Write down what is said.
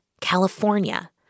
California